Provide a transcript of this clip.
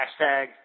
Hashtag